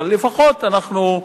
לפחות אנחנו,